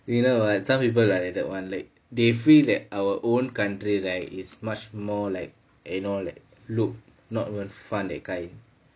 you know what some people like that one like they feel that our own country right it's much more like you know like look not worth fun that kind